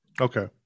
Okay